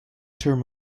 term